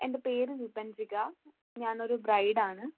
എൻ്റെ പേര് വിപഞ്ചിക ഞാനൊര് ബ്രൈഡാണ്